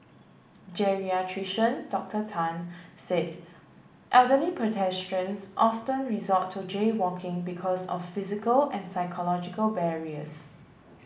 geriatrician Doctor Tan said elderly pedestrians often resort to jaywalking because of physical and psychological barriers